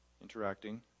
interacting